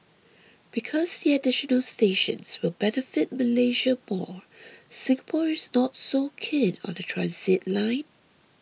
because the additional stations will benefit Malaysia more Singapore is not so keen on the transit line